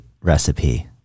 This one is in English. recipe